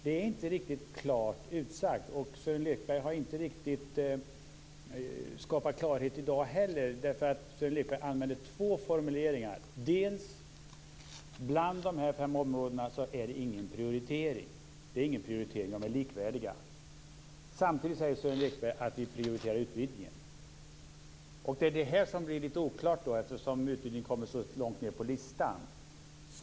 Det är inte riktigt klart utsagt, och Sören Lekberg har inte heller i dag skapat klarhet. Han använde två formuleringar: dels är det ingen prioritering bland de aktuella fem områdena, utan de är likvärdiga, dels prioriterar vi enligt Sören Lekberg utvidgningen. Det är detta som blir lite oklart. Utvidgningen kommer långt ned på listan.